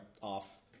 off